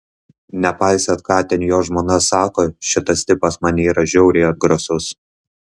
nepaisant ką ten jo žmona sako šitas tipas man yra žiauriai atgrasus